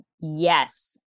Yes